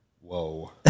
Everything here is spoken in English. Whoa